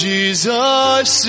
Jesus